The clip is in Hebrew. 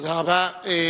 תודה רבה.